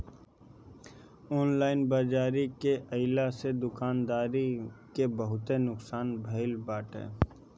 online बाजारी के आइला से दुकानदारी के बहुते नुकसान भईल बाटे